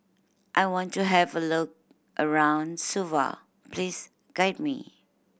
I want to have a look around Suva please guide me